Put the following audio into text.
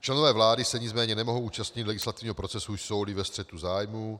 Členové vlády se nicméně nemohou účastnit legislativního procesu, jsouli ve střetu zájmu, atd.